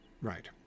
right